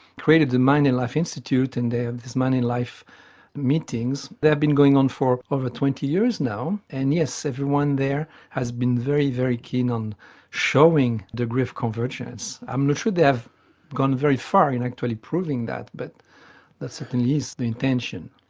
created the mind and life institute and there, these mind and life meetings they have been going on for over twenty years now, and yes, everyone there has been very, very keen on showing the degree of convergence. i'm not sure they have gone very far in actually proving that, but that's at the least the intention.